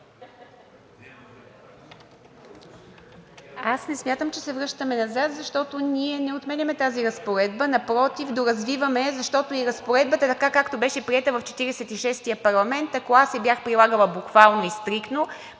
Аз не смятам, че се връщаме назад, защото ние не отменяме тази разпоредба. Напротив, доразвиваме я, защото и разпоредбата така, както беше приета в Четиридесет и шестия парламент, ако аз я бях прилагала буквално и стриктно,